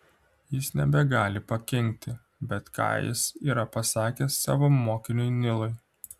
jis nebegali pakenkti bet ką jis yra pasakęs savo mokiniui nilui